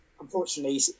unfortunately